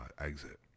exit